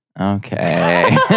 okay